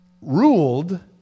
ruled